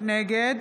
נגד